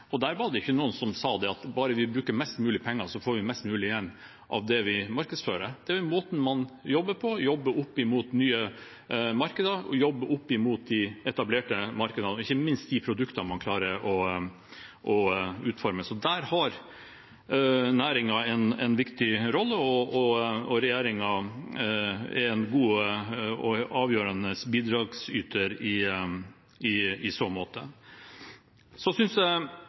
og der var det ikke noen som sa at bare vi bruker mest mulig penger, så får vi mest mulig igjen av det vi markedsfører. Det er jo måten man jobber på – måten man jobber opp imot nye markeder, måten man jobber opp imot de etablerte markedene, og ikke minst de produktene man klarer å utforme. Så der har næringen en viktig rolle, og regjeringen er en god og avgjørende bidragsyter i så måte. Forrige taler, Hans-Jacob Bønå, viste til viktigheten av petroleumsnæringen, og det kan jeg